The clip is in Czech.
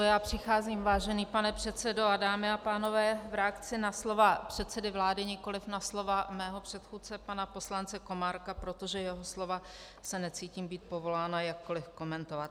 Já přicházím, vážený pane předsedo a dámy a pánové, v reakci na slova předsedy vlády, nikoli na slova mého předchůdce pana poslance Komárka, protože jeho slova se necítím být povolána jakkoli komentovat.